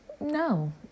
No